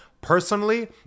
personally